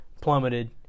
plummeted